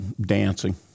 dancing